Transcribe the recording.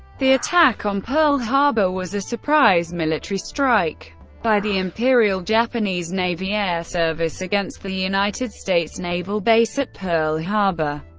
the attack on pearl harbor was a surprise military strike by the imperial japanese navy air service against the united states naval base at pearl harbor,